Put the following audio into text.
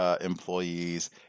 employees